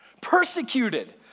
Persecuted